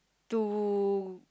to